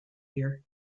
here